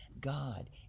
God